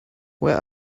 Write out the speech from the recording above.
where